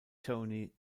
tony